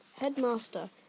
Headmaster